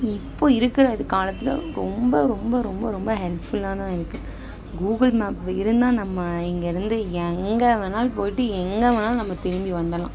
இப்போ இருக்கிற இது காலத்தில் ரொம்ப ரொம்ப ரொம்ப ரொம்ப ஹெல்ப்ஃபுல்லாக தான் இருக்குது கூகுள் மேப் இருந்தால் நம்ம இங்கேருந்து எங்கே வேணுணாலும் போயிட்டு எங்கே வேணுணாலும் நம்ம திரும்பி வந்துடலாம்